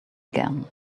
again